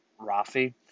Rafi